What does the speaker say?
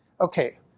Okay